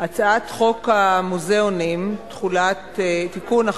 הצעת חוק המוזיאונים (תיקון,